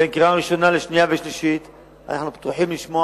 בין הקריאה הראשונה לשנייה ולשלישית אנחנו פתוחים לשמוע